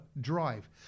drive